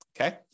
Okay